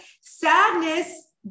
Sadness